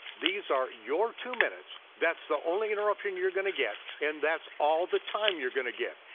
these are your two minutes. that's the only interruption you're gonna get and that's all the time you're gonna get.